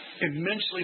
immensely